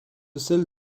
celle